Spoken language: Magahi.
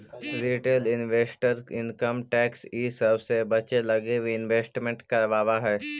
रिटेल इन्वेस्टर इनकम टैक्स इ सब से बचे लगी भी इन्वेस्टमेंट करवावऽ हई